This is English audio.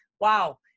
wow